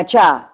अछा